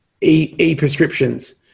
e-prescriptions